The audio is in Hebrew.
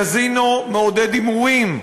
קזינו מעודד הימורים,